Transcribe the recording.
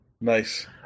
Nice